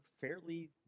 fairly